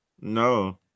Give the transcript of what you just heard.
no